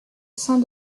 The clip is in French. saint